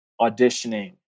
auditioning